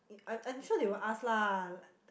it I'm I'm sure they will ask lah